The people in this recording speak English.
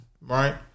right